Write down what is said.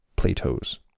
Plato's